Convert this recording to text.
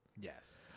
Yes